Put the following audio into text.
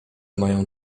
mają